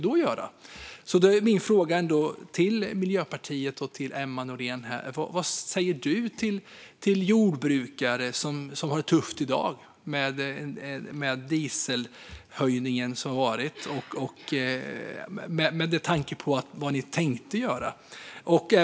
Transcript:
Därför är min fråga vad Miljöpartiet och Emma Nohrén säger till jordbrukare som har det tufft i dag med dieselprishöjningen som varit, med tanke på vad partiet tänkte göra.